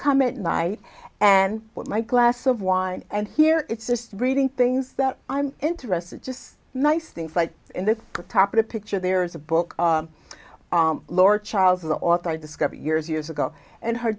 in at night and my glass of wine and here it's just reading things that i'm interested just nice things like in the top of the picture there is a book lord charles is the author i discovered years years ago and he